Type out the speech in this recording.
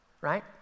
Right